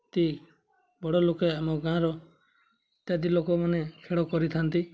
ଏତିକି ବଡ଼ ଲୋକେ ଆମ ଗାଁର ଇତ୍ୟାଦି ଲୋକମାନେ ଖେଳ କରିଥାନ୍ତି